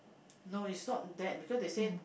no is not that so they say